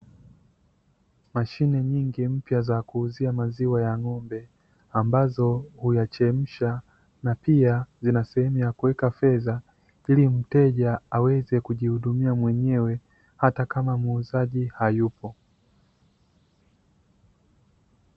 Mashine nyingi mpya za kuuzia maziwa ya ng'ombe ambazo huyachemsha na pia zina sehemu ya kuweka fedha ili mteja aweze kujihudumia mwenyewe hata kama muuzaji hayupo.